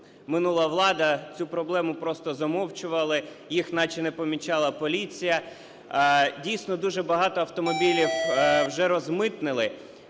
минула влада, цю проблему просто замовчували, їх наче не помічала поліція. Дійсно, дуже багато автомобілів вже розмитнили,